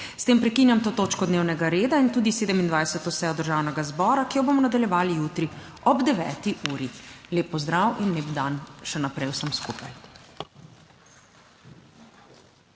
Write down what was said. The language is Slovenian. S tem prekinjam to točko dnevnega reda in tudi 27. sejo Državnega zbora, ki jo bomo nadaljevali jutri ob 9. uri. Lep pozdrav in lep dan še naprej vsem skupaj!